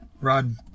Rod